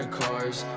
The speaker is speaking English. cars